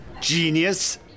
Genius